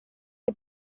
che